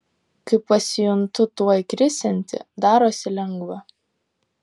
kai pasijuntu tuoj krisianti darosi lengva